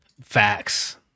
Facts